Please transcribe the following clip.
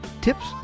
Tips